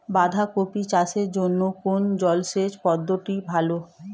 বাঁধাকপি চাষের জন্য কোন জলসেচ পদ্ধতিটি ভালো?